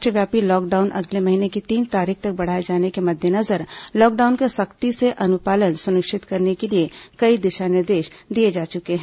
राष्ट्रव्यापी लॉकडाउन अगले महीने की तीन तारीख तक बढ़ाए जाने के मद्देनजर लॉकडाउन का सख्ती से अनुपालन सुनिश्चित करने के लिए कई दिशा निर्देश दिये जा चुके हैं